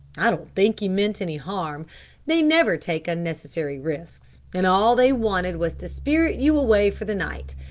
i don't think he meant any harm they never take unnecessary risks, and all they wanted was to spirit you away for the night.